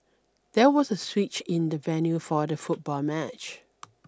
there was a switch in the venue for the football match